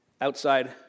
outside